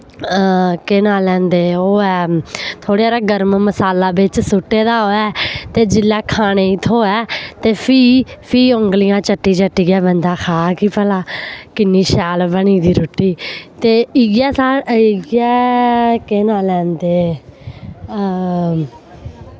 केह् नां लैंदे ओह् ऐ थोह्ड़े हारा गर्म मसाला बिच्च सुट्टे दा होऐ ते जिल्लै खाने ही थ्होए ते फ्ही फ्ही औंगलियां चट्टी चट्टियै बंदा खा कि भला किन्नी शैल बनी दी रुट्टी ते इ'यै साढ़े इ'यै केह् नां लैंदे